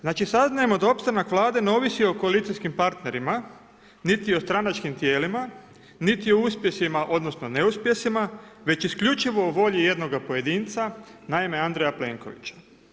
Znači saznajemo da opstanak Vlade ne ovisi o koalicijskim partnerima niti o stranačkim tijelima, niti o uspjesima, odnosno neuspjesima već isključivo o volji jednoga pojedinca, naime Andreja Plenkovića.